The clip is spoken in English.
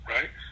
Right